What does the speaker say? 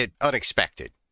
Unexpected